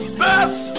best